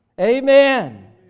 Amen